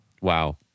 Wow